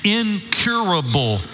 incurable